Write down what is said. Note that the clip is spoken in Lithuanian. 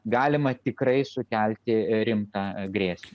galima tikrai sukelti rimtą grėsmę